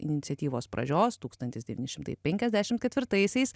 iniciatyvos pradžios tūkstantis devyni šimtai penkiasdešimt ketvirtaisiais